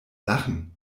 lachen